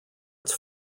its